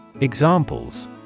Examples